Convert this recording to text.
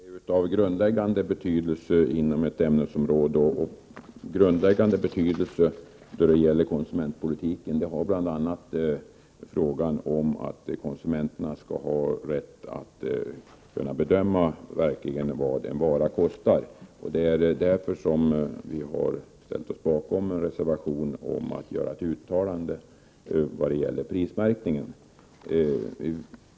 Herr talman! Vissa frågor är av grundläggande betydelse inom ett ämnesområde. Av grundläggande betydelse för konsumentpolitiken är bl.a. frågan om konsumenternas rätt att kunna bedöma vad en vara verkligen kostar. Det är av den orsaken som vi har ställt oss bakom en reservation om ett tillkännagivande till regeringen vad gäller prismärkningen.